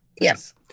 yes